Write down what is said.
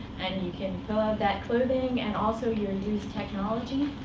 and you can pull out that clothing and also, your used technology.